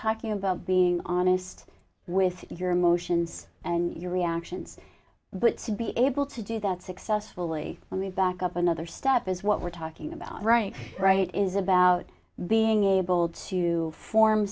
talking about being honest with your emotions and your reactions but to be able to do that successfully on the back up another step is what we're talking about right right is about being able to form